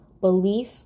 belief